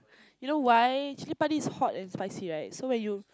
you know why chilli padi is hot and spicy right so when you